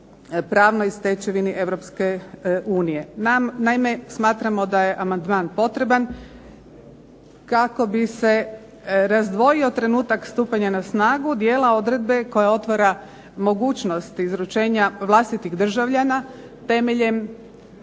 pravnoj stečevini Europske unije. Naime smatramo da je amandman potreban kako bi se razdvojio trenutak stupanja na snagu, djela odredbe koja otvara mogućnost izručenja vlastitih državljana temeljem